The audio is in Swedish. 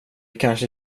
kanske